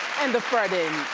and the fur,